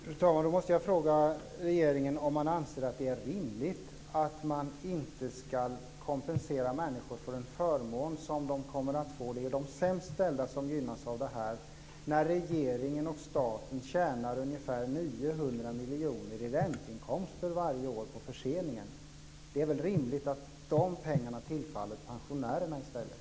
Fru talman! Jag måste fråga regeringen om man anser att det är rimligt att man inte ska kompensera människor för en förmån som de kommer att få. Det är de sämst ställda som gynnas av detta. Regeringen och staten tjänar ungefär 900 miljoner kronor i ränteinkomster varje år på förseningen. Det är väl rimligt att dessa pengar tillfaller pensionärerna i stället?